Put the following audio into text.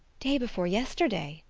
day before yesterday!